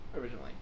originally